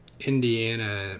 Indiana